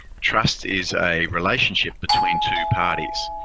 trust is a relationship between two parties,